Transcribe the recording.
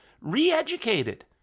re-educated